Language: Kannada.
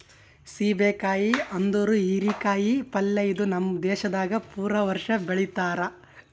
ಸೀಬೆ ಕಾಯಿ ಅಂದುರ್ ಹೀರಿ ಕಾಯಿ ಪಲ್ಯ ಇದು ನಮ್ ದೇಶದಾಗ್ ಪೂರಾ ವರ್ಷ ಬೆಳಿತಾರ್